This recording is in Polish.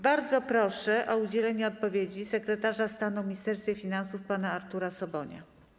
Bardzo proszę o udzielenie odpowiedzi sekretarza stanu w Ministerstwie Finansów pana Artura Sobonia.